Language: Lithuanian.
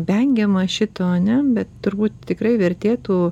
vengiama šito ar ne bet turbūt tikrai vertėtų